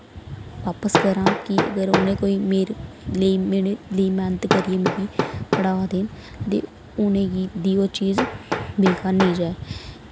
वापस करां कि अगर उ'नै कोई मेरे लेई मेरे लेई मैह्नत करियै मिकी पढ़ा दे ते उ'नें गी देओ चीज बेकार नेईं जाए